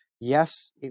Yes